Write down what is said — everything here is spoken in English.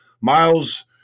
Miles